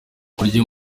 kurya